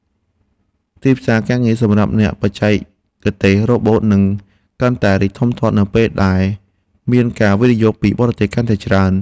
ទីផ្សារការងារសម្រាប់អ្នកបច្ចេកទេសរ៉ូបូតនឹងកាន់តែរីកធំធាត់នៅពេលដែលមានការវិនិយោគពីបរទេសកាន់តែច្រើន។